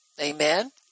Amen